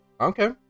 Okay